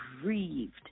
grieved